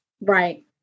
right